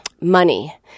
money